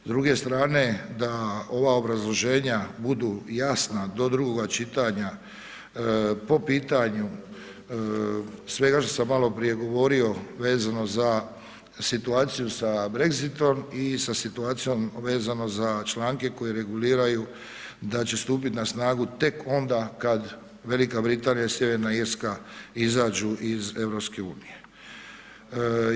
S druge strane, da ova obrazloženja budu jasna do drugoga čitanja po pitanju svega što sam maloprije govorio sa situacijom sa Brexitom i sa situacijom vezano za članke koji reguliraju da će stupiti na snagu tek onda kada Velika Britanija i Sjeverna Irska izađu iz EU.